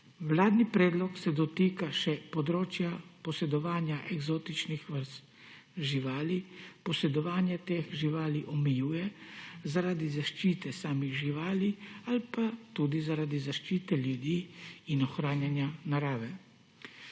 Vladni predlog se dotika še področja posedovanja eksotičnih vrst živali, posedovanje teh živali omejuje zaradi zaščite samih živali ali pa tudi zaradi zaščite ljudi in ohranjanja narave.